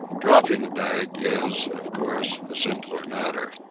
dropping a bag is, of course, a simpler matter.